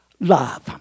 love